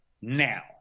now